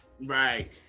right